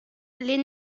les